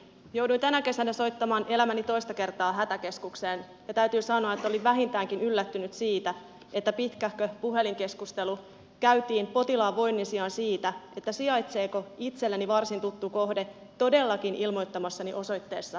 jouduin tänä kesänä soittamaan elämäni toista kertaa hätäkeskukseen ja täytyy sanoa että olin vähintäänkin yllättynyt siitä että pitkähkö puhelinkeskustelu käytiin potilaan voinnin sijaan siitä sijaitseeko itselleni varsin tuttu kohde todellakin ilmoittamassani osoitteessa vai ei